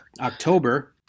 October